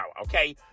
okay